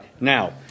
Now